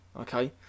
okay